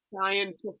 scientific